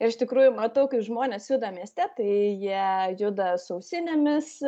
ir iš tikrųjų matau kaip žmonės juda mieste tai jie juda su ausinėmis